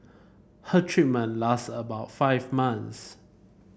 her treatment last about five months